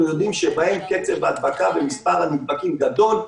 יודעים שבהם קצב ההדבקה ומספר הנדבקים גדול,